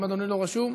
אם אדוני לא רשום,